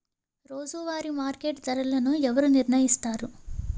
రోజువారి మార్కెట్ ధరలను ఎవరు నిర్ణయిస్తారు?